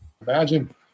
imagine